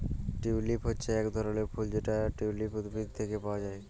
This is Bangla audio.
টিউলিপ হচ্যে এক ধরলের ফুল যেটা টিউলিপ উদ্ভিদ থেক্যে পাওয়া হ্যয়